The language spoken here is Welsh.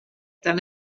dan